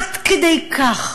עד כדי כך.